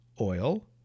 Oil